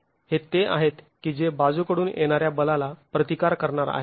हे ते आहेत की जे बाजूकडून येणार्या बलाला प्रतिकार करणार आहेत